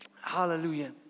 Hallelujah